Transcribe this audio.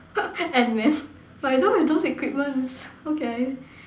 Ant Man but I don't have those equipments how can I